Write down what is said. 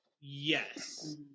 Yes